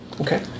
Okay